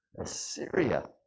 Assyria